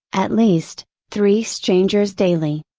at least, three strangers daily.